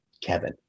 Kevin